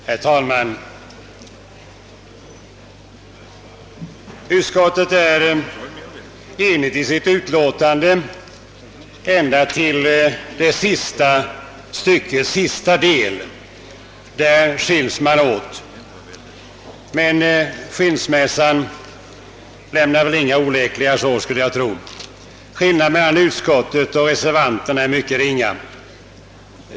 Herr talman! Utskottet är enigt i sitt utlåtande ända till det sista styckets avslutning, där man skiljs åt. Men jag skulle inte tro att skilsmässan efterlämnar några oläkliga sår. Skillnaden mellan utskottets och reservanternas ståndpunkter är mycket ringa.